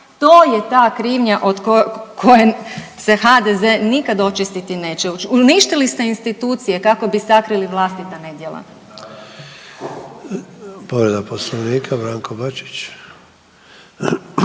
to je ta krivnja od koje se HDZ nikad očistiti neće. Uništili ste institucije kako bi sakrili vlastita nedjela. **Sanader, Ante (HDZ)** Povreda poslovnika Branko Bačić.